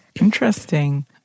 Interesting